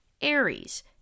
Aries